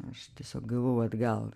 aš tiesiog gavau atgal